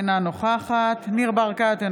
אינה נוכחת ניר ברקת,